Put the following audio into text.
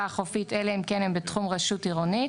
החופית אלא אם כן הם בתחום רשות עירונית".